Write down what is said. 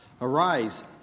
Arise